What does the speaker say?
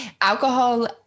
Alcohol